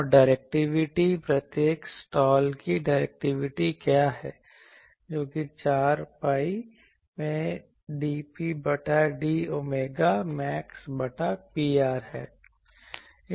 और डायरेक्टिविटी प्रत्येक स्लॉट की डायरेक्टिविटी क्या है जो कि 4 pi में dP बटा d ओमेगा मैक्स बटा Pr है